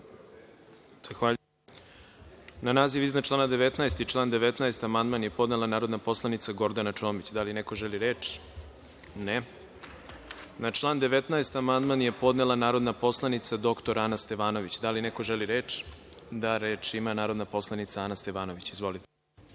Zahvaljujem. Na naziv iznad člana 19. i član 19. amandman je podnela narodna poslanica Gordana Čomić. Da li neko želi reč? (Ne.)Na član 19. amandman je podnela narodna poslanica dr Ana Stevanović. Da li neko želi reč? (Da.)Reč ima narodna poslanica Ana Stevanović. Izvolite.